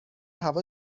هوا